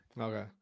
Okay